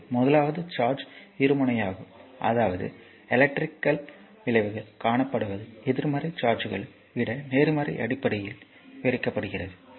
எனவே முதலாவது சார்ஜ் இருமுனை ஆகும் அதாவது எலக்ட்ரிகல் விளைவுகள் காணப்படுவது எதிர்மறை சார்ஜ்களை விட நேர்மறை அடிப்படையில் விவரிக்கப்படுகிறது